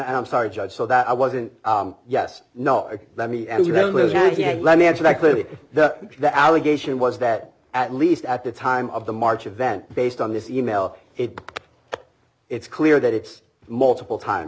and i'm sorry judge so that i wasn't yes no let me let me answer that clearly the allegation was that at least at the time of the march of that based on this e mail it it's clear that it's multiple times